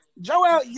Joel